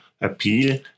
appeal